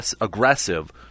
aggressive